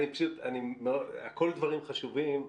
כל הדברים חשובים,